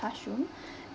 classroom